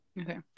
Okay